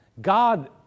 God